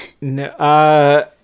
No